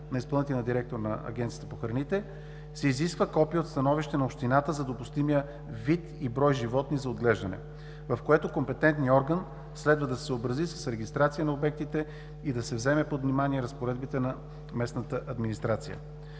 на изпълнителния директор на Агенцията по храните, се изисква копие от становище на общината за допустимия вид и брой животни за отглеждане, в което компетентният орган следва да се съобрази с регистрацията на обектите и да се вземат под внимание разпоредбите на местната администрация.